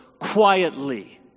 quietly